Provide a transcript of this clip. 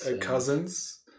cousins